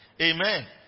Amen